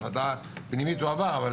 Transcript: ועדה פנימית הוא עבר אבל